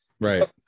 Right